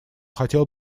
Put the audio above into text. хотел